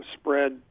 spread